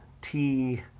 tea